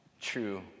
true